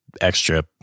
extra